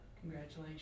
Congratulations